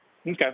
Okay